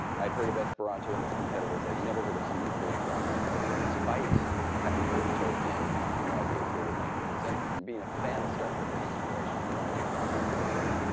i'd heard of esperanto and its competitors. i'd never heard of somebody creating a language for fun, despite having heard of tolkien and no idea he created languages. and being a fan of star trek the next generation, had no idea klingon was a language.